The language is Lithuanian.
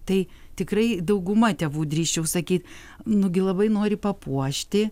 tai tikrai dauguma tėvų drįsčiau sakyt nu gi labai nori papuošti